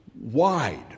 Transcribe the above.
wide